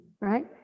right